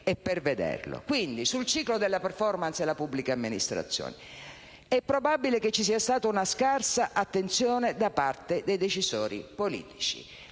e per vedere. Sul ciclo della *performance* della pubblica amministrazione, è probabile che ci sia stata una scarsa attenzione da parte dei decisori politici.